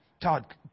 Todd